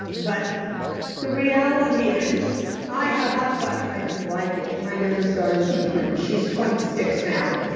but the reality is i had a hot flash and i didn't like it. my youngest daughter was three. she's twenty six now.